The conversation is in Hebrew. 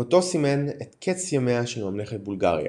מותו סימן את קץ ימיה של ממלכת בולגריה.